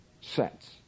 sets